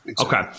okay